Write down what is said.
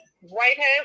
Whitehead